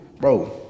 Bro